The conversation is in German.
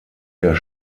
der